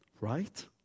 Right